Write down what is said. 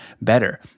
better